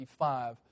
55